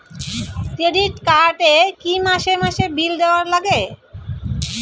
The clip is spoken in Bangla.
ক্রেডিট কার্ড এ কি মাসে মাসে বিল দেওয়ার লাগে?